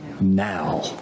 Now